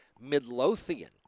Midlothian